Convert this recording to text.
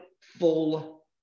full